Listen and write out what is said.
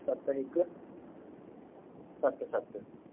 सत हिकु सत सत